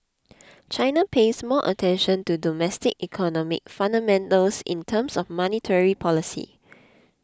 China pays more attention to domestic economic fundamentals in terms of monetary policy